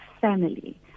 family